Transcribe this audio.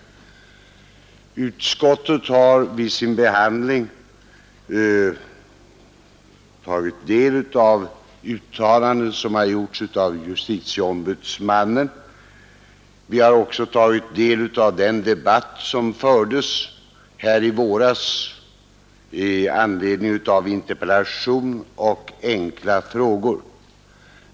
Utskottet har vid sin behandling tagit del av det uttalande som gjorts av justitieombudsmannen, Vi har också tagit del av den debatt som fördes här i våras i anledning av interpellation och enkla frågor.